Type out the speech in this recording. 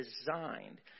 designed